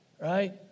right